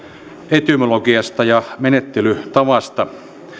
etymologiasta ja menettelytavasta